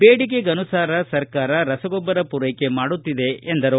ಬೇಡಿಕೆಗನುಸಾರ ಸರ್ಕಾರ ರಸಗೊಬ್ಬರ ಪೂರೈಕೆ ಮಾಡುತ್ತಿದೆ ಎಂದರು